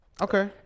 Okay